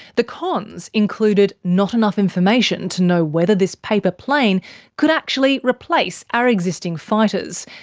the cons included not enough information to know whether this paper plane could actually replace our existing fighters,